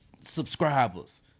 subscribers